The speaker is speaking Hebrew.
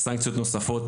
סנקציות נוספות,